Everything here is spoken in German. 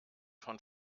von